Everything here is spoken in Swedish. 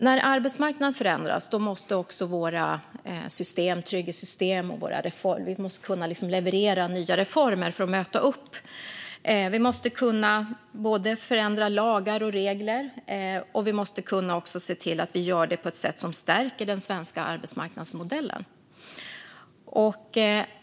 När arbetsmarknaden förändras måste vi kunna leverera nya reformer gällande våra trygghetssystem för att möta upp. Vi måste kunna förändra lagar och regler, och vi måste kunna se till att vi gör detta på ett sätt som stärker den svenska arbetsmarknadsmodellen.